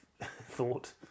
thought